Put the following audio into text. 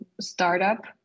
startup